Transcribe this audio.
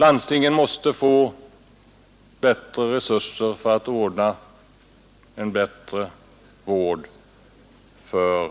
Landstinget måste få större resurser när det gäller att ordna en bättre vård för